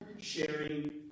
sharing